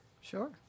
Sure